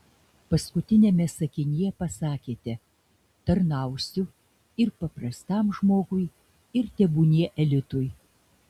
paskutiniame sakinyje pasakėte tarnausiu ir paprastam žmogui ir tebūnie elitui